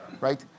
right